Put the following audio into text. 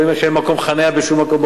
רואים שאין מקום חנייה בשום מקום,